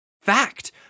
Fact